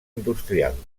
industrial